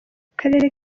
akarere